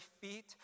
feet